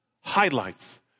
highlights